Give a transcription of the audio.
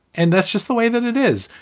and that's just the way that it is.